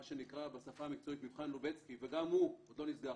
שנקרא בשפה המקצועית מבחן לובצקי וגם הוא עוד לא נסגר.